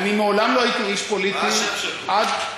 אני מעולם לא הייתי איש פוליטי, עד,